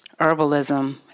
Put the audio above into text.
herbalism